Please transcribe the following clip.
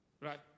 Right